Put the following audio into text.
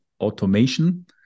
automation